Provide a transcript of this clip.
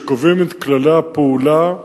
שקובעות את כללי הפעולה,